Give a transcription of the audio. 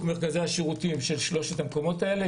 מרכזי השירותים של שלושת המקומות האלה,